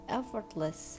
effortless